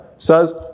says